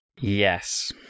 Yes